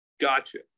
Gotcha